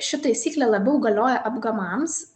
ši taisyklė labiau galioja apgamams